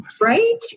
right